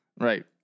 Right